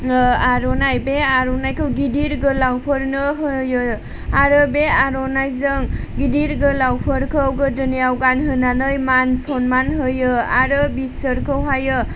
आर'नाइ बे आर'नाइखौ गिदिर गोलावफोरनो होयो आरो बे आर'नाइजों गिदिर गोलावफोरखौ गोदोनायाव गानहोनानै मान सनमान होयो आरो बिसोरखौहाय